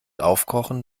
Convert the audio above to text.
aufkochen